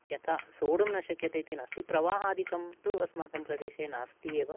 यथा सोढुं न शक्यते इति नास्ति प्रवाहादिकं तु अस्माकं प्रदेशे नास्ति एव